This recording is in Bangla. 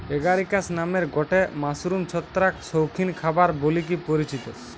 এগারিকাস নামের গটে মাশরুম ছত্রাক শৌখিন খাবার বলিকি পরিচিত